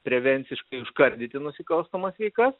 prevenciškai užkardyti nusikalstamas veikas